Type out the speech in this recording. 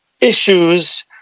issues